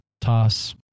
toss